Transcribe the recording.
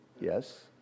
Yes